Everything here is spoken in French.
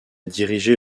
diriger